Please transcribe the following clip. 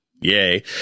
Yay